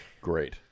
Great